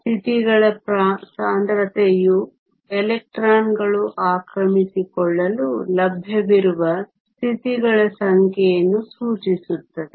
ಸ್ಥಿತಿಗಳ ಸಾಂದ್ರತೆಯು ಎಲೆಕ್ಟ್ರಾನ್ಗಳು ಆಕ್ರಮಿಸಿಕೊಳ್ಳಲು ಲಭ್ಯವಿರುವ ಸ್ಥಿತಿಗಳ ಸಂಖ್ಯೆಯನ್ನು ಸೂಚಿಸುತ್ತದೆ